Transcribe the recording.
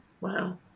wow